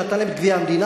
שנתן להם את גביע המדינה,